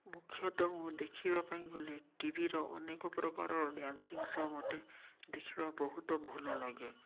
ମୁଖ୍ୟତଃ ମୁଁ ଦେଖିବା ପାଇଁ ଗଲେ ଟିଭିର ଅନେକପ୍ରକାରର ଡ୍ୟାସିଂ ସୋ ମୋତେ ଦେଖିବା ବହୁତ ଭଲ ଲାଗେ